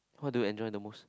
how to enjoy the most